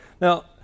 Now